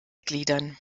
gliedern